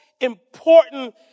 important